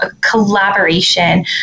collaboration